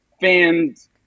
fans